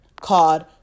called